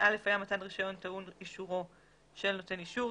היה מתן רישיון טעון אישור של נותן אישור,